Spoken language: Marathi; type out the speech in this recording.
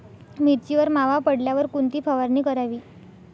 मिरचीवर मावा पडल्यावर कोणती फवारणी करावी?